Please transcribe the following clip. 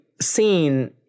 seen